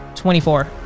Twenty-four